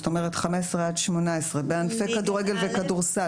זאת אומרת 15 עד 18 בענפי כדורגל וכדורסל